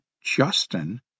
Justin